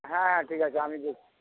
হ্যাঁ হ্যাঁ ঠিক আছে আমি দেখছি